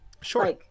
Sure